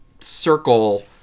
circle